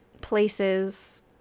places